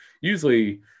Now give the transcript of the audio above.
usually